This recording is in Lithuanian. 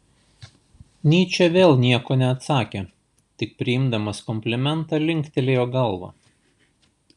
nyčė vėl nieko neatsakė tik priimdamas komplimentą linktelėjo galva